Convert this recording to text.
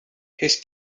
his